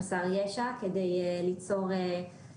תיקונים נוספים שערכנו בסעיף הזה.